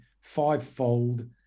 fivefold